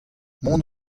mont